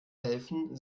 helfen